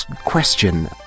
question